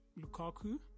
Lukaku